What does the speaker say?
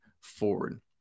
forward